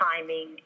timing